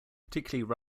particularly